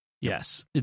Yes